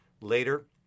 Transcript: later